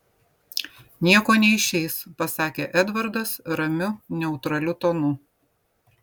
nieko neišeis pasakė edvardas ramiu neutraliu tonu